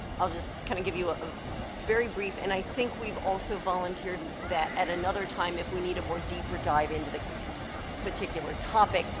i'll just kind of give you ah a very brief, and i think we've volunteered that at another time if we need a more deeper dive into the particular topic,